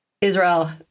Israel